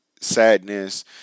sadness